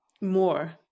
more